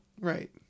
Right